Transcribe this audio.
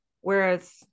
Whereas